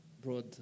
broad